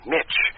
Mitch